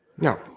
No